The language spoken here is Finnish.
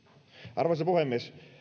arvoisa puhemies